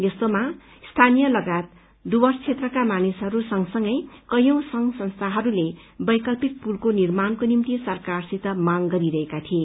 यस्तोमा स्थानीय लगायत डुवर्स क्षेत्रका मानिसहरू सँगसँगै कैयौं संघ संस्थाहरूले वैकल्पिक पूलको निर्माणको निम्ति सरकारसित माग गरिरहेका थिए